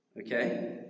Okay